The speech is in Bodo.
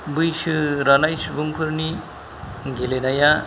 बैसो रानाय सुबुंफोरनि गेलनाया